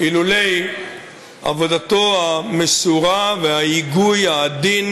אילולא העבודה המסורה וההיגוי העדין